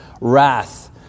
Wrath